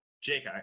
Jake